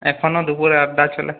এখনও দুপুরে আড্ডা চলে